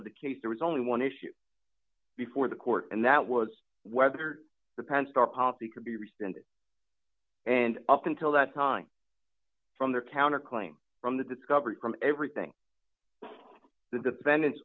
of the case there was only one issue before the court and that was whether the pence our policy could be rescinded and up until that time from their counterclaim from the discovery from everything the defendant